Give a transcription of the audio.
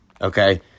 okay